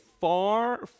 far